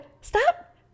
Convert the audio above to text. stop